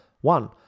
One